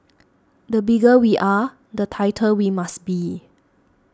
the bigger we are the tighter we must be